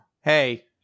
hey